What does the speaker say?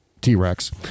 T-Rex